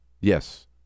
yes